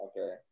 Okay